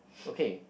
okay